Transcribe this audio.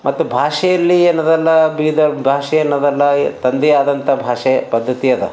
ಮತ್ತು ಭಾಷೆಯಲ್ಲಿ ಏನದಲ್ಲ ಭೇದ ಭಾಷೆ ಎನ್ನದಲ್ಲಾ ತಂದೇಯಾದಂಥ ಭಾಷೆ ಪದ್ಧತಿ ಅದ